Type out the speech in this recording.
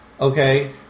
okay